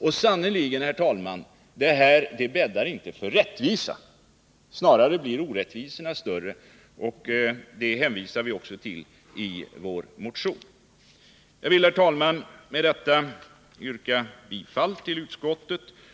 Och sannerligen, herr talman, detta bäddar inte för rättvisa. Snarare blir orättvisorna större genom beskattningen, och det hänvisar vi också till i vår motion. Jag vill med detta, herr talman, yrka bifall till utskottets hemställan.